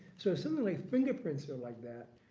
so if something like fingerprints are like that,